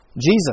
Jesus